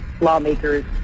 lawmakers